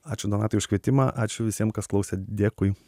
ačiū donatai už kvietimą ačiū visiem kas klausėt dėkui